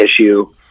issue